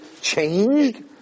changed